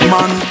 Man